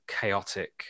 chaotic